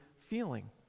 feeling